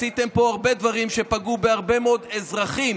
עשיתם פה הרבה דברים שפגעו בהרבה מאוד אזרחים,